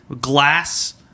glass